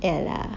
ya lah